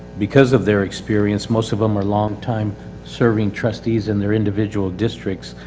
because of their experience, most of them are long time serving trustees in their individuals districts.